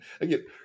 Again